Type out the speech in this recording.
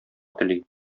тели